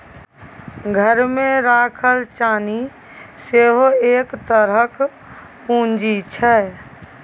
घरमे राखल चानी सेहो एक तरहक पूंजी छै